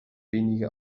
wenige